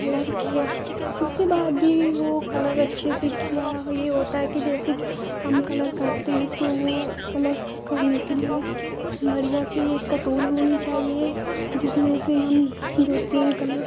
colour किया उसके बाद भी वह कलर अच्छे से किया यह होता है कि जैसे कि हम कलर करते हैं तो वह कलर करने के लिए बढ़िया से एक कटोरी लेनी चाहिए जिसमें से हम दो तीन कलर